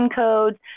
codes